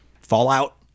Fallout